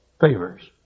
favors